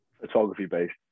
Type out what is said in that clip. Photography-based